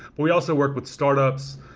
but we also work with startups,